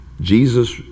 jesus